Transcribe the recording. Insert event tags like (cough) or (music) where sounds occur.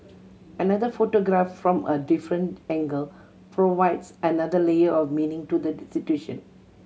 another photograph from a different angle provides another layer of meaning to the (unintelligible) situation